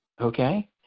okay